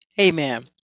Amen